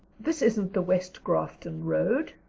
this isn't the west grafton road.